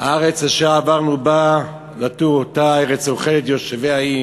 "הארץ אשר עברנו בה לתור אֹתה ארץ אֹכלת יושביה היא